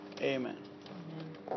Amen